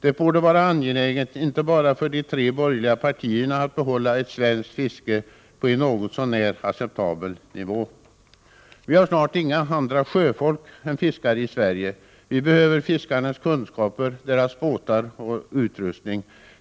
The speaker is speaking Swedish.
Det borde vara angeläget, inte bara för de tre borgerliga partierna, att behålla ett svenskt fiske på en något så när acceptabel nivå. Vi har snart inget annat sjöfolk i Sverige än fiskare. Vi behöver fiskarnas kunskaper, deras båtar och deras utrustning.